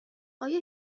آیا